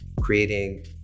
creating